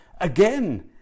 again